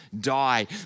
die